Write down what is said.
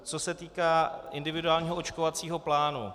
Co se týká individuálního očkovacího plánu.